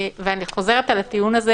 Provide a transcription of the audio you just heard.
אני חוזרת על הטיעון הזה